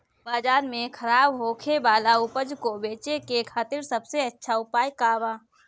बाजार में खराब होखे वाला उपज को बेचे के खातिर सबसे अच्छा उपाय का बा?